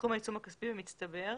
מסכום העיצום הכספי במצטבר,